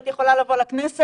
הייתי יכולה לבוא לכנסת,